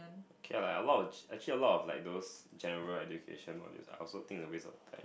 okay lah a lot g~ actually a lot like those general education modules I also think a waste of time